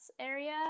area